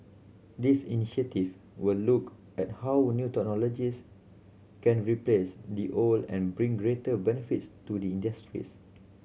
these initiative will look at how new technologies can replace the old and bring greater benefits to the industries